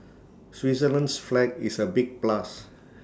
Switzerland's flag is A big plus